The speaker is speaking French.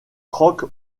croque